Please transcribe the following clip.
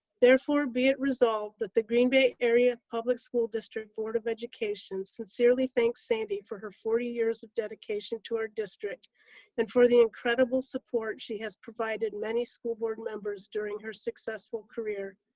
therefore, be it resolved that the green bay area public school district board of education sincerely thanks sandy for her forty years of dedication to our district and for the incredible support she has provided many school board members during her successful career,